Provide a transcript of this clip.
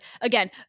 again